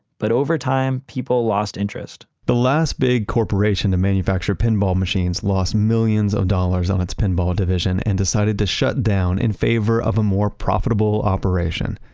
but over time, people lost interest the last big corporation to manufacture pinball machines lost millions of dollars on its pinball division and decided to shut down in favor of a more profitable operation,